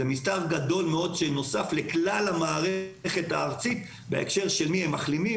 זה מספר גדול מאוד שנוסף לכלל המערכת הארצית בהקשר של מי הם מחלימים,